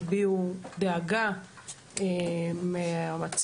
הביעו דאגה מהמצב,